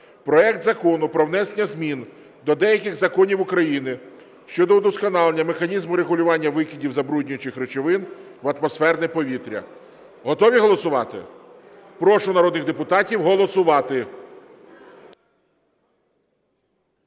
проект Закону про внесення змін до деяких законів України щодо удосконалення механізму регулювання викидів забруднюючих речовин в атмосферне повітря. Готові голосувати? Прошу народних депутатів голосувати.